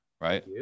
right